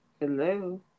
Hello